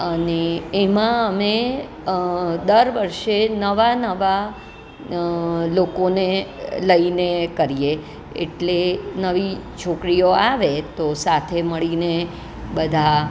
અને એમાં અમે દર વર્ષે નવા નવા લોકોને લઈને કરીએ એટલે નવી છોકરીઓ આવે તો સાથે મળીને બધા